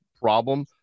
problem